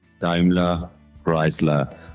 Daimler-Chrysler